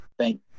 Thank